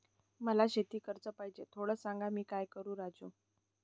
मला शेती कर्ज पाहिजे, थोडं सांग, मी काय करू राजू?